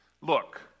look